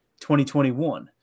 2021